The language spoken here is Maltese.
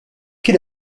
kien